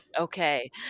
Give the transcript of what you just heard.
Okay